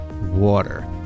water